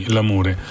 L'amore